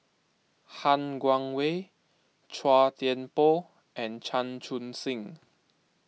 Han Guangwei Chua Thian Poh and Chan Chun Sing